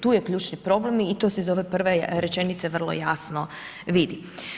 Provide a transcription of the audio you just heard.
Tu je ključni problem i to se iz ove prve rečenice vrlo jasno vidi.